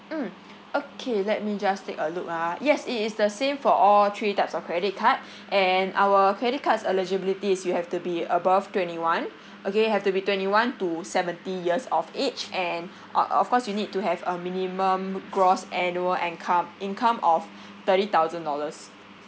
mm okay let me just take a look ah yes it is the same for all three types of credit card and our credit cards eligibility is you have to be above twenty one okay have to be twenty one to seventy years of age and uh of course you need to have a minimum gross annual ancome income of thirty thousand dollars